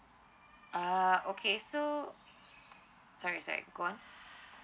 ah okay so sorry sorry go on